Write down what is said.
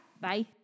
Bye